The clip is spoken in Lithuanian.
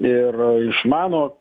ir išmano